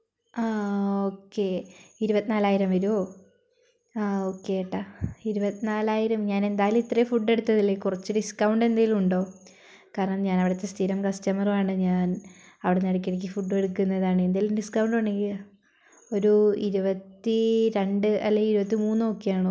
ആ ഒക്കെ ഇരുപത്തിനാലായിരം വരോ ആ ഒക്കെ ഏട്ടാ ഇരുപത്തിനാലായിരം ഞാൻ എന്തായാലും ഇത്രേം ഫുഡ് എടുത്തതല്ലേ കുറച്ച് ഡിസ്കൗണ്ട് എന്തെങ്കിലും ഉണ്ടോ കാരണം ഞാൻ അവിടെത്തെ സ്ഥിരം കസ്റ്റമർ ആണ് ഞാൻ അവിടെന്ന് എടക്ക് എടക്ക് ഫുഡ് എടുക്കുന്നതാണ് എന്തെങ്കിലും ഡിസ്കൗണ്ട് ഉണ്ടെങ്കിൽ ഒരു ഇരുപത്തിരണ്ട് അല്ലെങ്കിൽ ഇരുപത്തിമൂന്ന് ഓക്കെ ആണോ